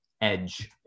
edge